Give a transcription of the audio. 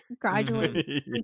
gradually